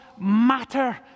matter